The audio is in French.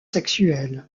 sexuels